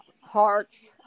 hearts